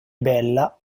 bella